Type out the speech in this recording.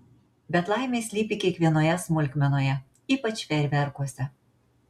bet laimė slypi kiekvienoje smulkmenoje ypač fejerverkuose